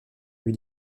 lui